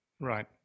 right